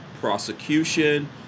prosecution